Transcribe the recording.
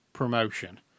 Promotion